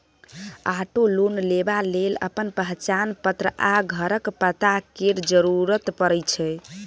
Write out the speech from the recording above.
auto loan लेबा लेल अपन पहचान पत्र आ घरक पता केर जरुरत परै छै